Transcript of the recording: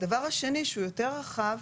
הדבר השני שהוא יותר רחב,